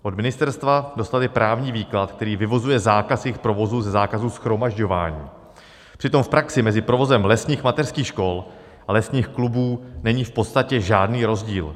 Od ministerstva dostaly právní výklad, který vyvozuje zákaz jejich provozu ze zákazu shromažďování, přitom v praxi mezi provozem lesních mateřských škol a lesních klubů není v podstatě žádný rozdíl.